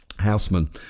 Houseman